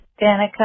Danica